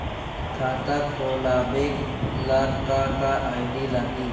खाता खोलाबे ला का का आइडी लागी?